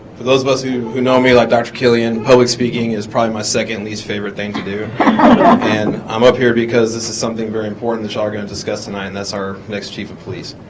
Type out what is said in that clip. for those of us who know me like dr. killian public speaking is probably my second least favorite thing to do and i'm up here because this is something very important that you are going to discuss tonight and that's our next chief of police